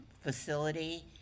facility